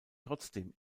trotzdem